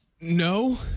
No